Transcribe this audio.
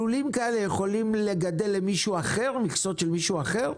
--- לולים כאלה יכולים לגדל מכסות של מישהו אחר?